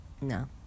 no